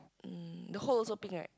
mm the hole also pink right